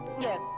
Yes